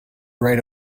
right